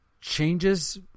changes